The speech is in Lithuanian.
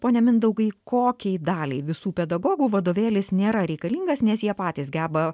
pone mindaugai kokiai daliai visų pedagogų vadovėlis nėra reikalingas nes jie patys geba